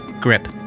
Grip